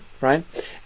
Right